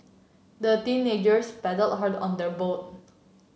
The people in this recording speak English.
the teenagers paddled hard on their boat